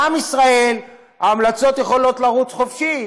לעם ישראל ההמלצות יכולות לרוץ חופשי,